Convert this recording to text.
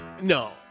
No